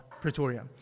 Pretoria